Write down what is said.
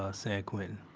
ah san quentin?